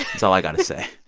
so i got to say.